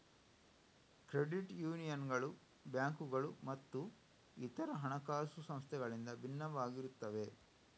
credit ಯೂನಿಯನ್ಗಳು ಬ್ಯಾಂಕುಗಳು ಮತ್ತು ಇತರ ಹಣಕಾಸು ಸಂಸ್ಥೆಗಳಿಂದ ಭಿನ್ನವಾಗಿರುತ್ತವೆ